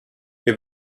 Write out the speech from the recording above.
wir